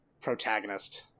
protagonist